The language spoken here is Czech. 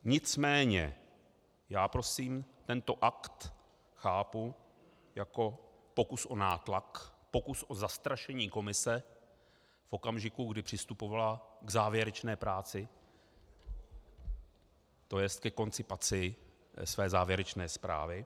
Nicméně já prosím tento akt chápu jako pokus o nátlak, pokus o zastrašení komise v okamžiku, kdy přistupovala k závěrečné práci, tj. ke koncipaci své závěrečné zprávy.